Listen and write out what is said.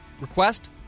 request